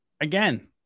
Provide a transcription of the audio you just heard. again